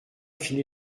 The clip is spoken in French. fini